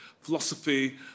Philosophy